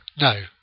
No